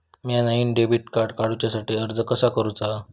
म्या नईन debit card काडुच्या साठी अर्ज कसा करूचा?